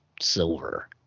silver